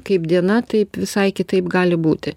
kaip diena taip visai kitaip gali būti